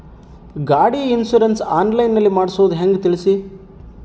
ಗಾಡಿ insurance online ನಲ್ಲಿ ಮಾಡ್ಸೋದು ಹೆಂಗ ತಿಳಿಸಿ?